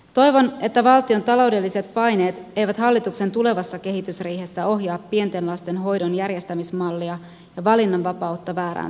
toivon että valtion taloudelliset paineet eivät hallituksen tulevassa kehysriihessä ohjaa pienten lasten hoidon järjestämismallia ja valinnanvapautta väärään suuntaan